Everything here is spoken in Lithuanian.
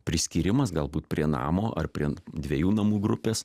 priskyrimas galbūt prie namo ar prie dviejų namų grupės